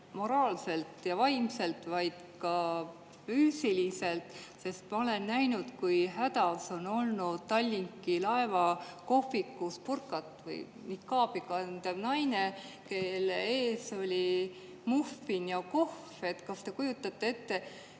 moraalselt ja vaimselt, vaid ka füüsiliselt, sest ma olen näinud, kui hädas oli Tallinki laeva kohvikus burkat või nikaabi kandev naine, kelle ees oli muffin ja kohv. Kas te kujutate ette,